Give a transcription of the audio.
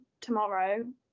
tomorrow